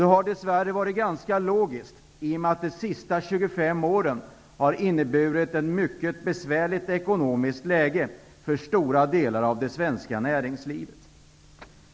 Det har dess värre varit ganska logiskt i och med att de senaste 25 åren har inneburit ett mycket besvärligt ekonomiskt läge för stora delar av det svenska näringslivet.